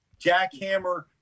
jackhammer